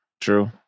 True